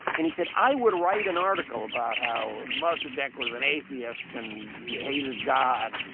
and he said, i would write an article about how mossadegh was an atheist, and he hated god.